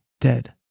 dead